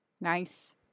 Nice